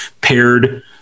paired